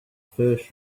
first